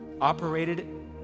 operated